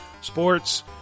sports